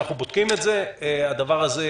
בכל מדינה שאנחנו בודקים את זה, הדבר קיים.